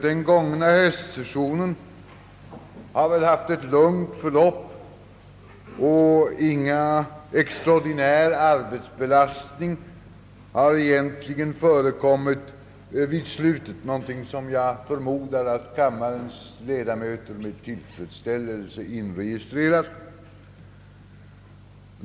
Den gångna höstsessionen har haft ett lugnt förlopp, och ingen extraordinär arbetsbelastning har egentligen förekommit vid slutet av sessionen — något som jag förmodar kammarens ledamöter med tillfredsställelse inregistrerat.